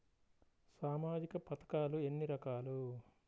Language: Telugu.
సామాజిక పథకాలు ఎన్ని రకాలు?